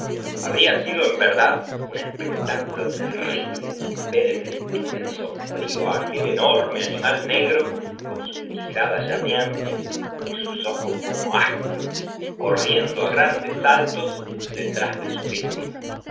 habría sido en verdad un espectáculo terrible ver en el túnel sombrío á aquel enorme aniinal negro con sus quijadas llameantes y sus ojos como ascuas corriendo á grandes saltos detrás de su víctima